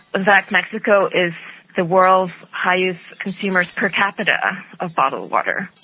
in fact mexico is the world's highest consumers per capita of bottled water.